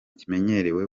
kimenyerewe